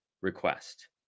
request